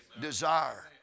Desire